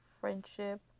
friendship